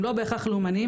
הם לא בהכרח לאומניים,